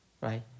Right